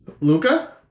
Luca